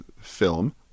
film